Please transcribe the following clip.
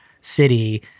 city